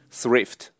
thrift